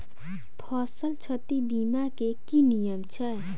फसल क्षति बीमा केँ की नियम छै?